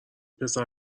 پسر